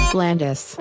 Blandis